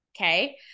okay